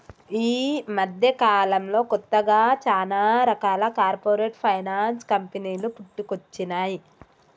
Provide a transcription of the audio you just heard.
యీ మద్దెకాలంలో కొత్తగా చానా రకాల కార్పొరేట్ ఫైనాన్స్ కంపెనీలు పుట్టుకొచ్చినై